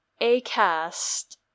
Acast